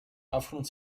aufgrund